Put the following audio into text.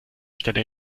stelle